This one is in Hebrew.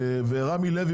ורמי לוי,